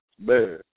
Man